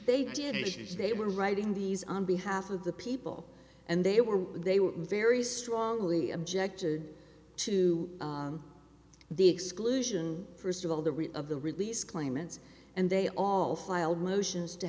is they were writing these on behalf of the people and they were they were very strongly objected to the exclusion first of all the reach of the release claimants and they all filed motions to